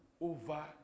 over